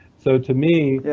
so to me,